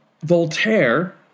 Voltaire